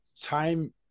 time